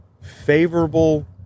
favorable